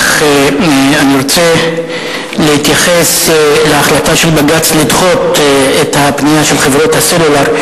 אך אני רוצה להתייחס להחלטה של בג"ץ לדחות את הפנייה של חברות הסלולר,